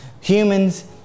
Humans